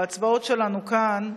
בהצבעות שלנו כאן,